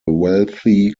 wealthy